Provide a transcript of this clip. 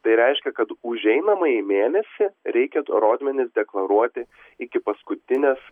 tai reiškia kad už einamąjį mėnesį reikia rodmenis deklaruoti iki paskutinės